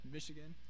Michigan